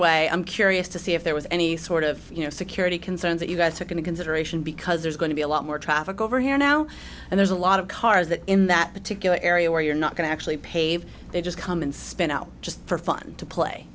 way i'm curious to see if there was any sort of you know security concerns that you guys are going to consideration because there's going to be a lot more traffic over here now and there's a lot of cars that in that particular area where you're not going to actually paved they just come and spin out just for fun to play